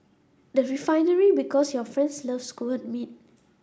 the Refinery Because your friends love skewered meat